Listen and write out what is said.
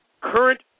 current